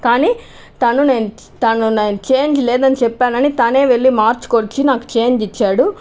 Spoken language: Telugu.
కానీ తను తను నేను చేంజ్ లేదు అని చెప్పానని తనే వెళ్ళి మార్చుకు వచ్చీ నాకు చేంజ్ ఇచ్చాడు